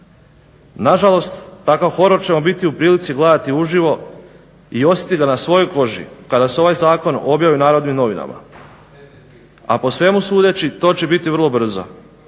Nažalost takav horor ćemo biti u prilici gledati uživo i osjetiti ga na svojoj koži kada se ovaj zakon objavi u Narodnim novima, a po svemu sudeći to će biti vrlo brzo